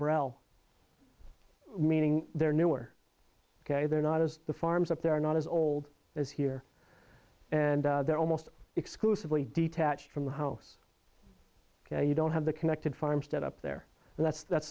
l meaning they're newer ok they're not as the farms up there are not as old as here and they're almost exclusively detached from the house you don't have the connected farmstead up there so that's that's